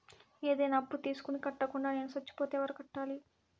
ఏదైనా అప్పు తీసుకొని కట్టకుండా నేను సచ్చిపోతే ఎవరు కట్టాలి?